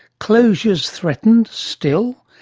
closures threatened, still,